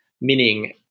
Meaning